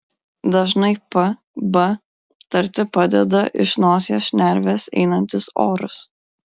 dažnai p b tarti padeda iš nosies šnervės einantis oras